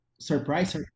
Surprise